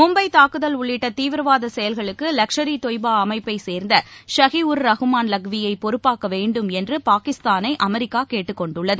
மும்பை தாக்குதல் உள்ளிட்டதீவிரவாதசெயல்களுக்கு லஷ்கர் இ தொய்பாஅமைப்பைச் சேர்ந்த ஷகிஉர் ரகுமான் லக்வியைபொறுப்பாக்கவேண்டும் என்றுபாகிஸ்தானைஅமெரிக்காகேட்டுக கொண்டுள்ளது